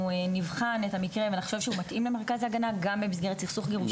שנבחן אותו ונחשוב שהוא יתאים למרכז ההגנה גם במסגרת סכסוך גירושים,